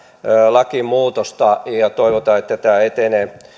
lakimuutosta toivotaan että tämä etenee